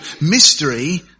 mystery